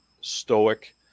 stoic